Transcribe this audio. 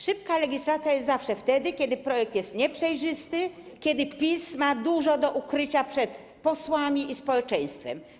Szybka legislacja jest zawsze wtedy, kiedy projekt jest nieprzejrzysty, kiedy PiS ma dużo do ukrycia przed posłami i społeczeństwem.